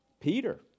Peter